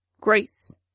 Grace